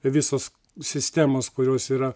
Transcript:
visos sistemos kurios yra